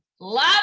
Love